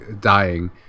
dying